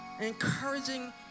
encouraging